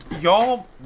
Y'all